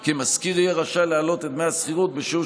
כי משכיר יהיה רשאי להעלות את דמי השכירות בשיעור